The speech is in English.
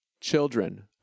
Children